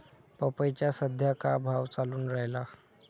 पपईचा सद्या का भाव चालून रायला?